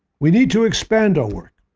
we need to expand our work